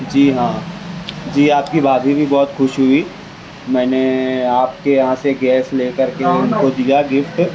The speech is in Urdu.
جی ہاں جی آپ کی بھابھی بھی بہت خوش ہوئی میں نے آپ کے یہاں سے گیس لے کر کے ان کو دیا گفٹ